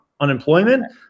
unemployment